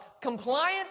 compliance